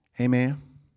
Amen